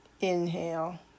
Inhale